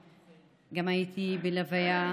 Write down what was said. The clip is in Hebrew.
גם הייתי בלוויה,